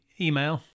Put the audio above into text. email